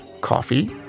coffee